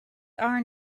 are